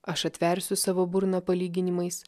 aš atversiu savo burną palyginimais